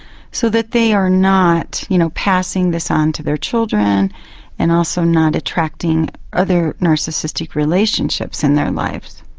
so that they are not you know passing this on to their children and also not attracting other narcissistic relationships in their lives.